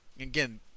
Again